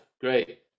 Great